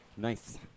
Nice